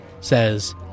says